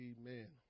Amen